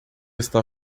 está